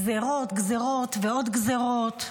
גזרות, גזרות ועוד גזרות.